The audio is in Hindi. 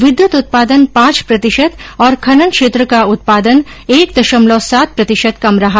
विद्युत उत्पादन पांच प्रतिशत और खनन क्षेत्र का उत्पादन एक दशमलव सात प्रतिशत कम रहा